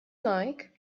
like